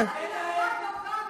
אני יכולה להגיד לך,